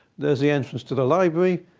there's the entrance to the library.